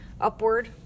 upward